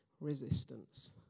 resistance